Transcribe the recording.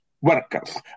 workers